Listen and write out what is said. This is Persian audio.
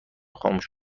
خاموش